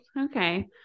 okay